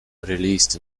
released